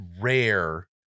rare